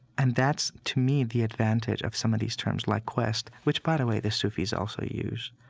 and that's, to me, the advantage of some of these terms like quest which, by the way, the sufis also use.